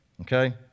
Okay